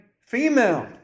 female